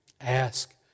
Ask